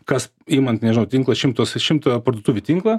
kas imant nežinau tinkla šimtas šimto parduotuvių tinklą